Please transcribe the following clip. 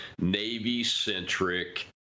Navy-centric